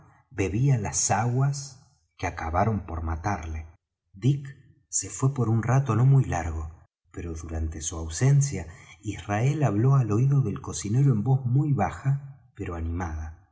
bebía las aguas que acabaron por matarle dick se fué por un rato no muy largo pero durante su ausencia israel habló al oído del cocinero en voz muy baja pero animada